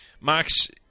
Max